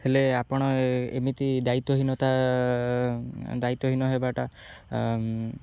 ହେଲେ ଆପଣ ଏମିତି ଦାୟିତ୍ୱହୀନତା ଦାୟିତ୍ୱହୀନ ହେବାଟା